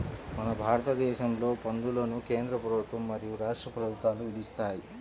మన భారతదేశంలో పన్నులను కేంద్ర ప్రభుత్వం మరియు రాష్ట్ర ప్రభుత్వాలు విధిస్తాయి